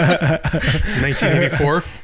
1984